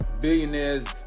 Billionaires